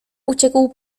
uciekł